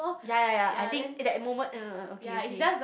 ya ya ya I think that moment uh okay okay